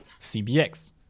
CBX